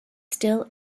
still